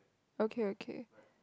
okay okay